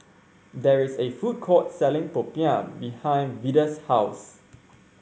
there is a food court selling Popiah behind Vida's house